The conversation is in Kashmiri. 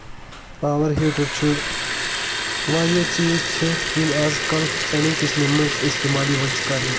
پاور ہیٖٹر چھُ واریاہ چیٖز چھِ یِم آز کَل سانٮ۪ن کَچنَن اِستعمال یِوان چھ کرنہٕ